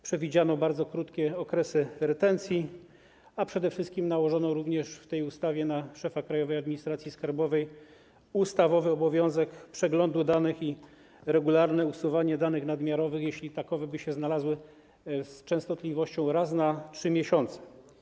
Przewidziano bardzo krótkie okresy retencji, a przede wszystkim nałożono również w tej ustawie na szefa Krajowej Administracji Skarbowej obowiązek przeglądu danych i regularne usuwanie danych nadmiarowych, jeśli takowe by się znalazły, z częstotliwością raz na 3 miesiące.